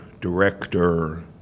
director